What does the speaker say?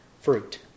fruit